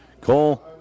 cole